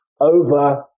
over